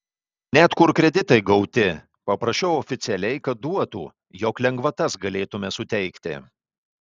net kur kreditai gauti paprašiau oficialiai kad duotų jog lengvatas galėtumėme suteikti